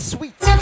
Sweet